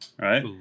right